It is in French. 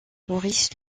maurice